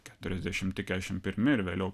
keturiasdešimti keturiasdešimt pirmi ir vėliau